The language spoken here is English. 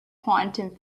quantum